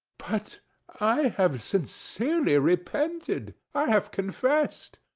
but i have sincerely repented i have confessed.